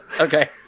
okay